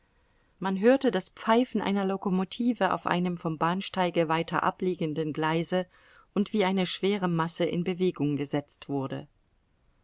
man hörte das pfeifen einer lokomotive auf einem vom bahnsteige weiter ab liegenden gleise und wie eine schwere masse in bewegung gesetzt wurde